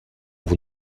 vous